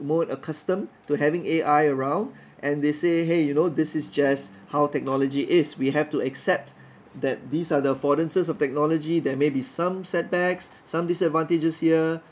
more accustomed to having A_I around and they say !hey! you know this is just how technology is we have to accept that these are the affordances of technology there may be some setbacks some disadvantages here